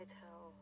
tell